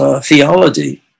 theology